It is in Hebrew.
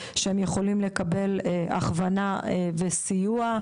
שהם יכולים לקבל הכוונה וסיוע.